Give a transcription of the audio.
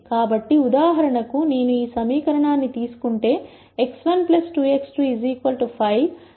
కాబట్టి ఉదాహరణకు నేను ఈ సమీకరణాన్ని తీసుకుంటే x1 2x2 5